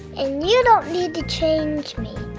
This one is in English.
and you don't need to change me.